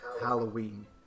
Halloween